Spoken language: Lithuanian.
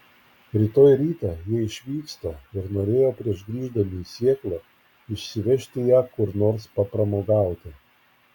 rytoj rytą jie išvyksta ir norėjo prieš grįždami į sietlą išsivežti ją kur nors papramogauti